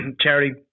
charity